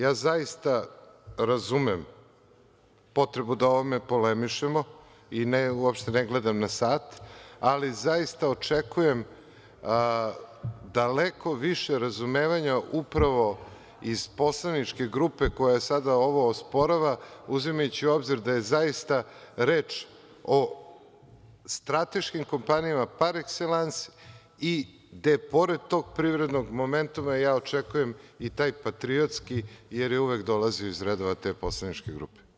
Ja zaista razumem potrebu da o ovome polemišemo i uopšte ne gledam na sat, ali zaista očekujem daleko više razumevanja upravo iz poslaničke grupe koja sad ovo osporava, uzimajući u obzir da je zaista reč o strateškim kompanijama, par ekselans, i gde pored tog privrednog momenta ja očekujem i taj patriotski, jer je uvek dolazio iz redova te poslaničke grupe.